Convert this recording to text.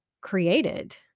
created